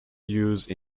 use